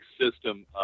system